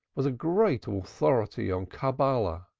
was a great authority on cabalah,